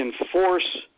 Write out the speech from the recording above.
enforce